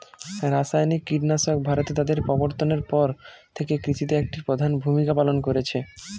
রাসায়নিক কীটনাশক ভারতে তাদের প্রবর্তনের পর থেকে কৃষিতে একটি প্রধান ভূমিকা পালন করেছে